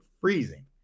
freezing